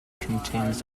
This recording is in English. contains